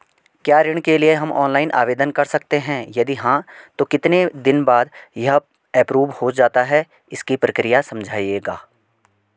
क्या ऋण के लिए हम ऑनलाइन आवेदन कर सकते हैं यदि हाँ तो कितने दिन बाद यह एप्रूव हो जाता है इसकी प्रक्रिया समझाइएगा?